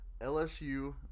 LSU